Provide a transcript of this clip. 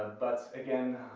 but again,